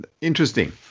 interesting